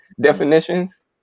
definitions